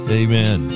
amen